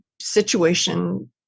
situation